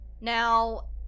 Now